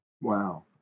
Wow